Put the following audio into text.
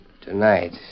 Tonight